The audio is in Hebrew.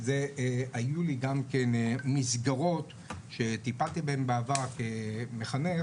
היו לי גם כן מסגרות שטיפלתי בהן בעבר כמחנך